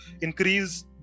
increase